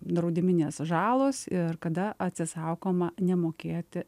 draudiminės žalos ir kada atsisakoma nemokėti